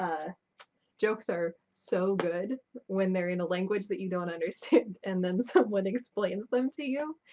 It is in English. ah jokes are so good when they're in a language that you don't understand and then someone explains them to you.